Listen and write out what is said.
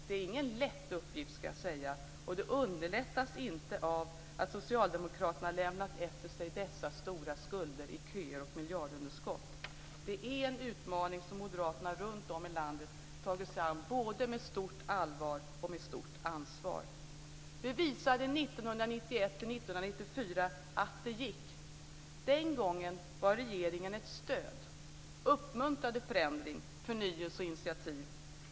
Det är ingen lätt uppgift, och den underlättas inte av att socialdemokraterna lämnat efter sig dessa stora skulder i köer och miljardunderskott. Det är en utmaning som moderaterna runtom i landet tagit sig an både med stort allvar och med stort ansvar. Vi visade 1991-1994 att det gick. Den gången var regeringen ett stöd och uppmuntrade förändring, förnyelse och initiativ.